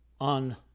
on